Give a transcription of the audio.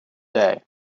day